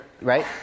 right